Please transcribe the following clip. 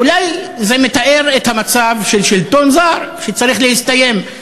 אולי זה מתאר את המצב של שלטון זר שצריך להסתיים.